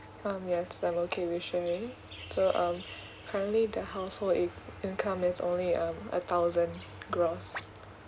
um yes I'm okay with sharing so um currently the household in~ income is only um a thousand gross